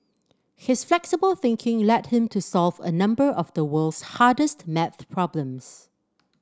his flexible thinking led him to solve a number of the world's hardest maths problems